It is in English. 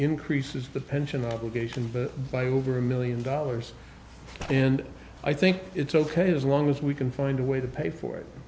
increases the pension obligation bit by over a million dollars and i think it's ok as long as we can find a way to pay for it